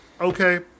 Okay